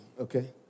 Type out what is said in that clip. Okay